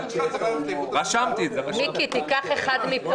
ראשית כל,